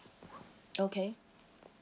okay